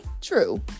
true